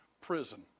prison